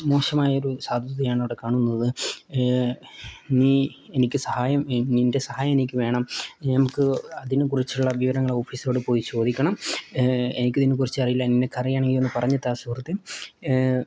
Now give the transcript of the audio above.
മോശമായ ഒരു സാധ്യതയാണ് അവിടെ കാണുന്നത് നീ എനിക്ക് സഹായം നിൻ്റെ സഹായം എനിക്ക് വേണം നമുക്ക് അതിനെക്കുറിച്ചുള്ള വിവരങ്ങൾ ഓഫീസറോട് പോയി ചോദിക്കണം എനിക്കിതിനെക്കുറിച്ച് അറിയില്ല നിനക്കറിയുകയാണെങ്കിൽ ഒന്ന് പറഞ്ഞു താ സുഹൃത്തെ